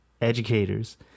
educators